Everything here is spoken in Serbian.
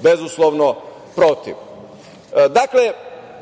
bezuslovno protiv. Dakle,